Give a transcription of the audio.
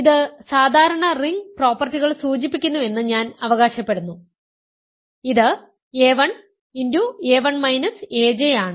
ഇത് സാധാരണ റിംഗ് പ്രോപ്പർട്ടികൾ സൂചിപ്പിക്കുന്നുവെന്ന് ഞാൻ അവകാശപ്പെടുന്നു ഇത് a1 ആണ്